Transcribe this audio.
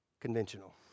conventional